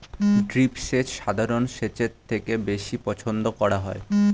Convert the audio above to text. drip সেচ সাধারণ সেচের থেকে বেশি পছন্দ করা হয়